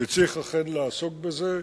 וצריך אכן לעסוק בזה.